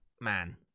man